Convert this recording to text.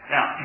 Now